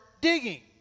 digging